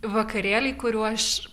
vakarėliai kurių aš